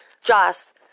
Joss